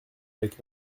avec